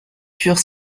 pure